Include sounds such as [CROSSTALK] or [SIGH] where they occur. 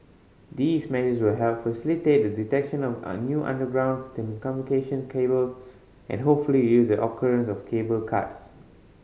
these measures will help facilitate the detection of [UNINTELLIGIBLE] new underground telecommunication cable and hopefully reduce the occurrence of cable cuts